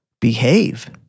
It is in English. behave